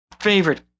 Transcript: favorite